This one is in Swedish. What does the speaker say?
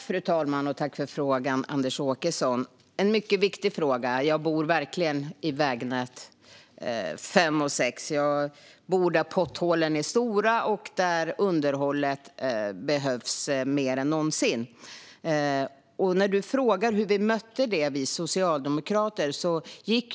Fru talman! Tack för frågan, Anders Åkesson, en mycket viktig fråga! Jag bor verkligen vid vägnäten 5 och 6. Jag bor där potthålen är stora och där underhåll behövs mer än någonsin. Du frågar hur vi socialdemokrater mötte detta.